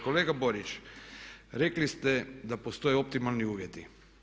Kolega Boriću, rekli ste da postoje optimalni uvjeti.